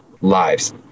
lives